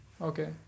Okay